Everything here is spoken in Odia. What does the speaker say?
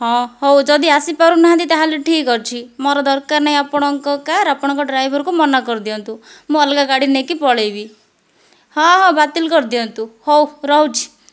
ହଁ ହେଉ ଯଦି ଆସିପାରୁନାହାନ୍ତି ତା'ହେଲେ ଠିକ୍ ଅଛି ମୋର ଦରକାର ନାହିଁ ଆପଣଙ୍କ କାର୍ ଆପଣଙ୍କ ଡ୍ରାଇଭରକୁ ମନା କରିଦିଅନ୍ତୁ ମୁଁ ଅଲଗା ଗାଡ଼ି ନେଇକି ପଳାଇବି ହଁ ହଁ ବାତିଲ୍ କରିଦିଅନ୍ତୁ ହେଉ ରହୁଛି